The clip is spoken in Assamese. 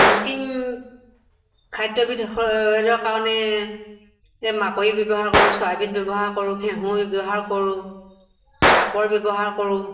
অন্তিম খাদ্যবিধৰ কাৰণে এই মাকৈ ব্যৱহাৰ কৰোঁ চয়াবিন ব্যৱহাৰ কৰোঁ ঘেঁহু ব্যৱহাৰ কৰোঁ চাপৰ ব্যৱহাৰ কৰোঁ